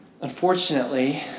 unfortunately